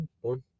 one